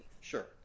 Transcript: Sure